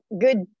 good